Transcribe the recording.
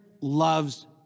loves